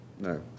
no